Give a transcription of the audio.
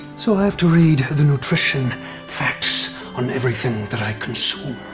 so i have to read the nutrition facts on everything that i consume.